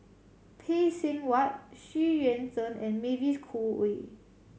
Phay Seng Whatt Xu Yuan Zhen and Mavis Khoo Oei